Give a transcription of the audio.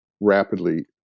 rapidly